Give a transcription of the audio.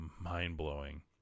mind-blowing